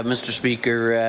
um mr. speaker.